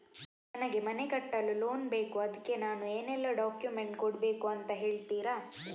ನನಗೆ ಮನೆ ಕಟ್ಟಲು ಲೋನ್ ಬೇಕು ಅದ್ಕೆ ನಾನು ಏನೆಲ್ಲ ಡಾಕ್ಯುಮೆಂಟ್ ಕೊಡ್ಬೇಕು ಅಂತ ಹೇಳ್ತೀರಾ?